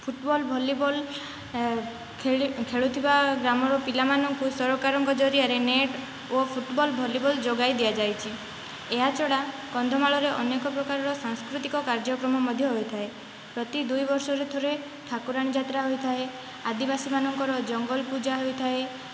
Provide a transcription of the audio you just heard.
football volleyball ଖେଳୁଥିବା ଗ୍ରାମର ପିଲାମାନଙ୍କୁ ସରକାରଙ୍କ ଜରିଆରେ ନେଟ୍ ଓ ଫୁଟବଲ୍ ଭଲିବଲ୍ ଯୋଗାଇ ଦିଆଯାଇଛି ଏହା ଛଡ଼ା କନ୍ଧମାଳର ଅନେକ ପ୍ରକାରର ସାଂସ୍କୃତିକ କାର୍ଯ୍ୟକ୍ରମ ମଧ୍ୟ ହୋଇଥାଏ ପ୍ରତି ଦୁଇବର୍ଷରେ ଥରେ ଠାକୁରାଣୀ ଯାତ୍ରା ହୋଇଥାଏ ଆଦିବାସୀମାନଙ୍କର ଜଙ୍ଗଲ ପୂଜା ହୋଇଥାଏ